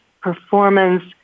performance